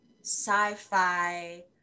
sci-fi